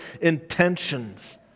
intentions